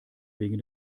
wegen